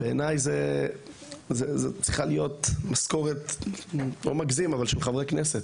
בעיניי זו צריכה להיות משכורת של חברי כנסת.